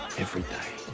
every day,